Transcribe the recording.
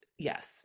Yes